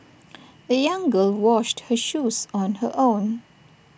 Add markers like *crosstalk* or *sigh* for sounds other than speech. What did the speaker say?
*noise* the young girl washed her shoes on her own